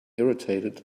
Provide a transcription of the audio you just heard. irritated